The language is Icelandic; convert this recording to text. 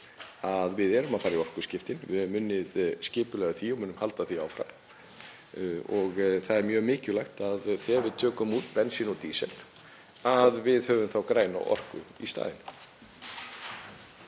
Við erum að fara í orkuskiptin og við höfum unnið skipulega að því og munum halda því áfram og það er mjög mikilvægt að þegar við tökum út bensín og dísil þá höfum við græna orku í staðinn.